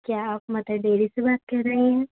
کیا آپ Mother Dairy سے بات کر رہے ہیں